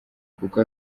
kuko